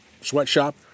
sweatshop